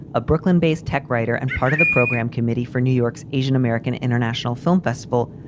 a brooklyn based tech writer and part of the program committee for new york's asian-american international film festival.